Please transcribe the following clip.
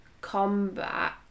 combat